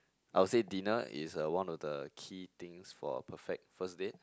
I'll say dinner is uh one of the key things for a perfect first date